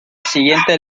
siguiente